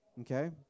Okay